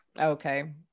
Okay